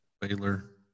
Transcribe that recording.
Baylor